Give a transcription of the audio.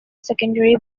secondary